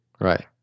Right